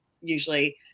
usually